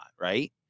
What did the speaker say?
Right